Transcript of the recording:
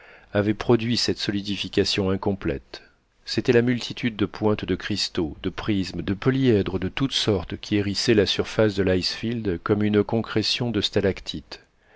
avaient produit cette solidification incomplète c'était la multitude de pointes de cristaux de prismes de polyèdres de toutes sortes qui hérissaient la surface de l'icefield comme une concrétion de stalactites